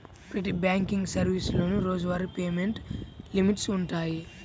ప్రతి బ్యాంకింగ్ సర్వీసులోనూ రోజువారీ పేమెంట్ లిమిట్స్ వుంటయ్యి